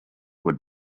would